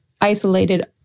isolated